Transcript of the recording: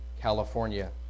California